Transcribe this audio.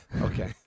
Okay